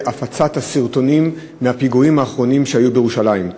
הפצת הסרטונים מהפיגועים האחרונים שהיו בירושלים.